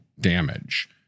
damage